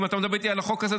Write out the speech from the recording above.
אם אתה מדבר איתי על החוק הזה,